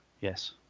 Yes